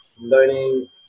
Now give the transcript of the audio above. learning